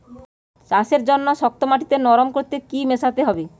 চাষের জন্য শক্ত মাটি নরম করতে কি কি মেশাতে হবে?